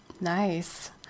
Nice